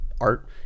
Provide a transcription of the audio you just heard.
art